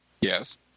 Yes